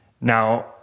Now